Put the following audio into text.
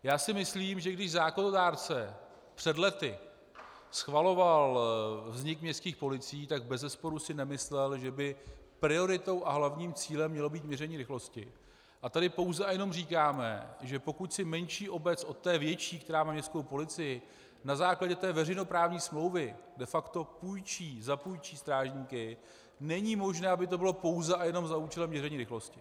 Já si myslím, že když zákonodárce před lety schvaloval vznik městských policií, tak bezesporu si nemyslel, že by prioritou a hlavním cílem mělo být měření rychlosti, a tady pouze a jenom říkáme, že pokud si menší obec od té větší, která má městskou policii, na základě veřejnoprávní smlouvy de facto půjčí, zapůjčí strážníky, není možné, aby to bylo pouze a jenom za účelem měření rychlosti.